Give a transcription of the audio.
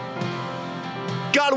God